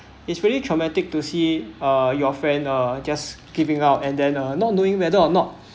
it's really traumatic to see uh your friend uh just giving out and then uh not knowing whether or not